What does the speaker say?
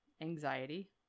anxiety